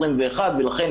21. ולכן,